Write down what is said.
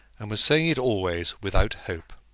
and was saying it always without hope.